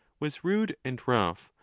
was rude and rough,